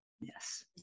Yes